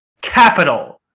capital